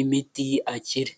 imiti akire.